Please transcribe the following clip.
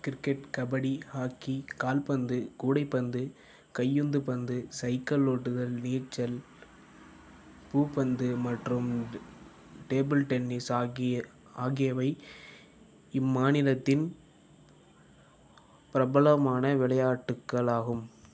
cricket kabaddi hockey கால்பந்து கூடைப்பந்து கையுந்துப்பந்து சைக்கிள் ஓட்டுதல் நீச்சல் பூப்பந்து மற்றும் டேபிள் டென்னிஸ் ஆகிய ஆகியவை இம்மாநிலத்தின் பிரபலமான விளையாட்டுக்களாகும்